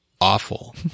awful